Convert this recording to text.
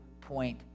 point